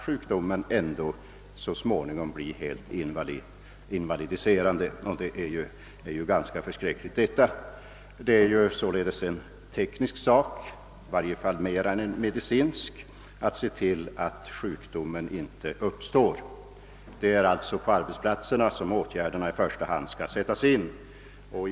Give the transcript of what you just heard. Sjukdomen kan ändå så småningom bli helt invalidiserande. Detta är ju fruktansvärt. Frågan är alltså snarare av teknisk än av medicinsk art. Det är på arbetsplatserna som åtgärderna i första hand skall sättas in — det är där man skall se till att sjukdomen inte uppstår.